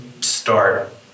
start